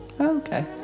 Okay